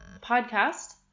podcast